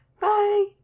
Bye